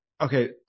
Okay